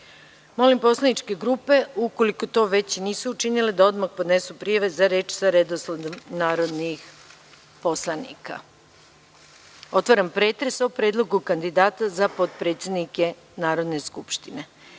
poslaničke grupe, ukoliko to već nisu učinile, da odmah podnesu prijave za reč sa redosledom narodnih poslanika. Otvaram pretres o Predlogu kandidata za potpredsednike Narodne skupštine. Da